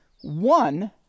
one